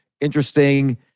interesting